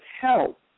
help